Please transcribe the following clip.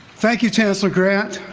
thank you, chancellor grant,